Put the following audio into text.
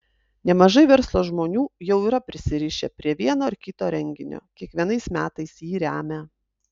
nemažai verslo žmonių jau yra prisirišę prie vieno ar kito renginio kiekvienais metais jį remią